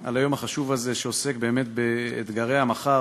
על היום החשוב הזה שעוסק באתגרי המחר.